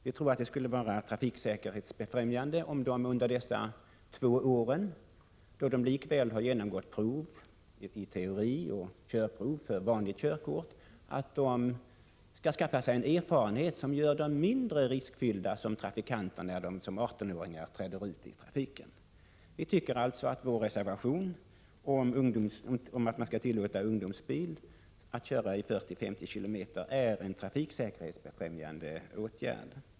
Vi tror att det skulle vara trafiksäkerhetsbefrämjande om de under två år, när de genomgått prov i teori och körprov för vanligt körkort, kunde skaffa sig en erfarenhet som gör dem mindre riskfyllda som trafikanter när de som 18-åringar träder ut som bilförare i trafiken. Vi tycker alltså att förslaget i vår reservation om att man skall tillåta ungdomsbil att framföras med en hastighet av 40—50 km/tim är en trafiksäkerhetsbefrämjande åtgärd.